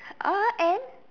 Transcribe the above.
uh and